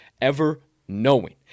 ever-knowing